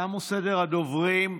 תם סדר הדוברים.